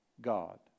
God